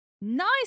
Nice